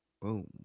Boom